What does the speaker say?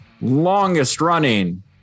longest-running